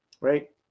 right